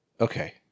Okay